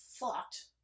fucked